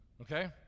okay